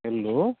hello